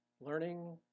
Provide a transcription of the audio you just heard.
Learning